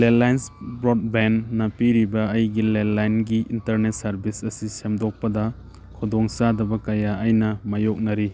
landline ꯕ꯭ꯔꯣꯗ ꯕꯦꯟꯅ ꯄꯤꯔꯤꯕ ꯑꯩꯒꯤ ꯂꯦꯟꯂꯥꯏꯟꯒꯤ ꯏꯟꯇꯔꯅꯦꯠ ꯁꯥꯔꯕꯤꯁ ꯑꯁꯤ ꯁꯦꯝꯗꯣꯛꯄꯗ ꯈꯨꯗꯣꯡ ꯆꯥꯗꯕ ꯀꯌꯥ ꯑꯩꯅ ꯃꯥꯏꯌꯣꯛꯅꯔꯤ